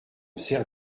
sert